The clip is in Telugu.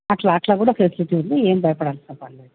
అట్ల అట్ల కూడా ఫెసిలిటీ ఉంది ఏమి భయపడాల్సిన పని లేదు